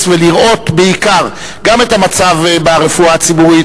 ולראות בעיקר גם את המצב ברפואה הציבורית,